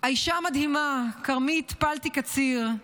האישה המדהימה כרמית פלטי קציר,